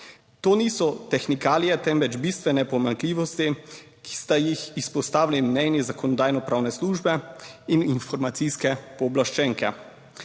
To niso tehnikalije, temveč bistvene pomanjkljivosti, ki sta jih izpostavili mnenje Zakonodajno-pravne službe in informacijske pooblaščenke.